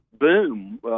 boom